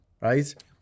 right